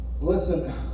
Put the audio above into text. Listen